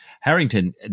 Harrington